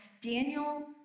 Daniel